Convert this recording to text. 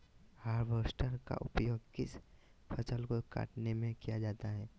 Harvester का उपयोग किस फसल को कटने में किया जाता है?